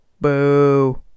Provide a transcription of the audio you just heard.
Boo